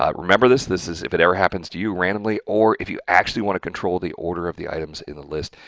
um remember this. this is if it ever happens to you randomly or if you actually want to control the order of the items in the list.